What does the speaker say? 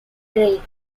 great